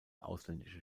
ausländische